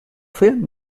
film